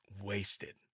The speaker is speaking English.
wasted